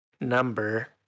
number